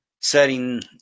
setting